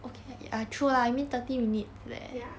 ya